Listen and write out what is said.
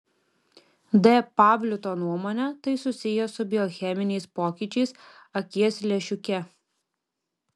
d pavliuto nuomone tai susiję su biocheminiais pokyčiais akies lęšiuke